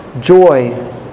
joy